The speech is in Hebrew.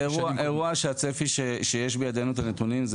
זה אירוע שהצפי לפי הנתונים שבידינו